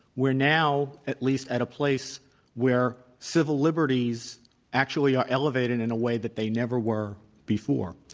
we're now at least at a place where civil liberties actually are elevated in a way that they never were before.